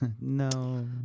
No